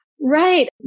Right